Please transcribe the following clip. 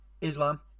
Islam